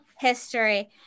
history